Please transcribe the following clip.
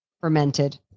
fermented